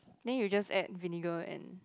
then you just add vinegar and